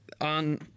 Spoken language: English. on